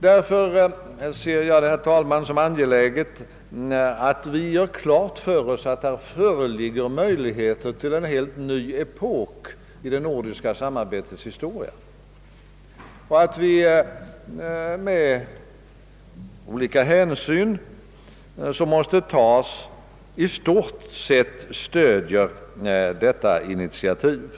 Därför ser jag det, herr talman, som angeläget att vi gör klart för oss att det i detta sammanhang föreligger möjligheter till en helt ny epok i det nordiska samarbetets historia och att Sverige i stort sett bör stödja detta initiativ.